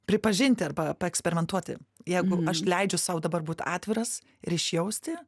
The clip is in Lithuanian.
pripažinti arba paeksperimentuoti jeigu aš leidžiu sau dabar būt atviras ir išjausti